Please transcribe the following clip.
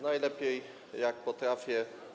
najlepiej, jak potrafię.